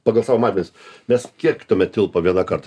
pagal savo matmenis mes kiek tuomet tilpom vienąkart